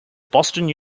boston